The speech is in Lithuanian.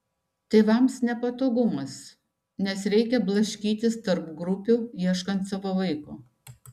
tėvams nepatogumas nes reikia blaškytis tarp grupių ieškant savo vaiko